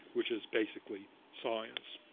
which is basically science.